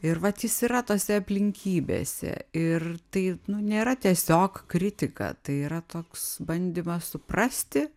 ir vat jis yra tose aplinkybėse ir tai nu nėra tiesiog kritika tai yra toks bandymas suprasti